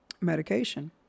medication